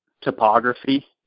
topography